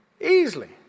easily